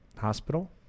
hospital